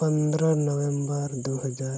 ᱯᱚᱱᱫᱨᱚ ᱱᱚᱵᱷᱮᱢᱵᱚᱨ ᱫᱩ ᱦᱟᱡᱟᱨ